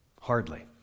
hardly